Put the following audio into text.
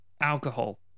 alcohol